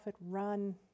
run